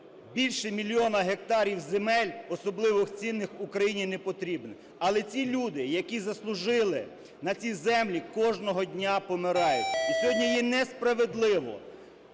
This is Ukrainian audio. більше мільйона гектарів земель особливо цінних Україні не потрібні, але ці люди, які заслужили на ці землі, кожного дня помирають. І сьогодні є несправедливо